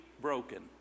broken